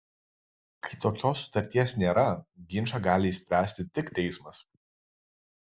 kai tokios sutarties nėra ginčą gali išspręsti tik teismas